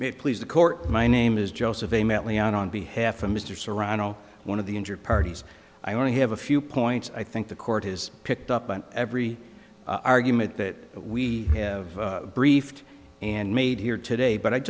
it please the court my name is joseph a met leon on behalf of mr serrano one of the injured parties i only have a few points i think the court has picked up on every argument that we have briefed and made here today but i